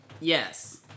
Yes